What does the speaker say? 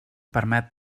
permet